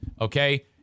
Okay